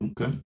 okay